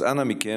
אז אנא מכם,